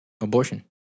abortion